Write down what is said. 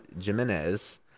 Jimenez